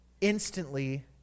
instantly